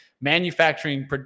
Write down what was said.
Manufacturing